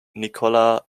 nicola